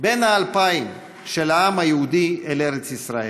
בן האלפיים של העם היהודי אל ארץ ישראל,